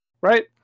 right